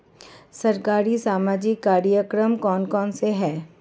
सरकारी सामाजिक कार्यक्रम कौन कौन से हैं?